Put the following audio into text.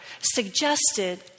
suggested